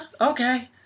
Okay